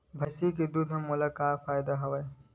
भैंसिया के दूध म मोला का फ़ायदा हवय?